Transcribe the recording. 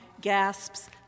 gasps